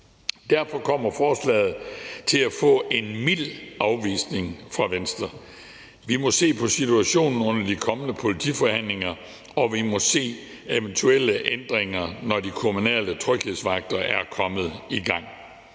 Derfor kommer forslaget til at få en mild afvisning fra Venstre. Vi må se på situationen under de kommende politiforhandlinger, og vi må se på eventuelle ændringer, når de kommunale tryghedsvagter er kommet i gang.